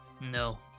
No